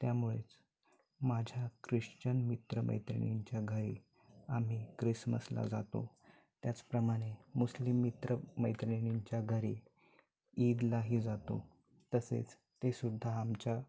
त्यामुळेच माझ्या ख्रिश्चन मित्रमैत्रिणींच्या घरी आम्ही क्रिसमसला जातो त्याचप्रमाने मुस्लिम मित्र मैत्रिणींच्या घरी ईदलाही जातो तसेच तेसुद्धा आमच्या